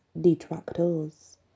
detractors